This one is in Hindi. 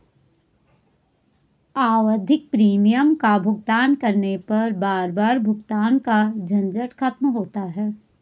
आवधिक प्रीमियम का भुगतान करने पर बार बार भुगतान का झंझट खत्म होता है